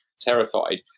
terrified